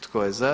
Tko je za?